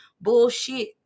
bullshit